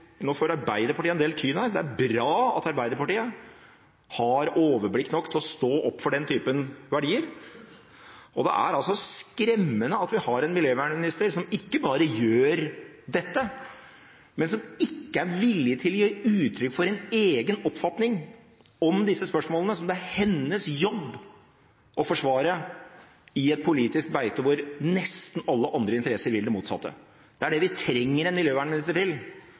nå får Arbeiderpartiet en del tyn her – at Arbeiderpartiet har overblikk nok til å stå opp for den typen verdier. Det er skremmende at vi har en miljøminister som ikke bare gjør dette, men som ikke er villig til å gi uttrykk for en egen oppfatning om disse spørsmålene, som det er hennes jobb å forsvare i et politisk beite hvor nesten alle andre interesser vil det motsatte. Det er det vi trenger en miljøminister til,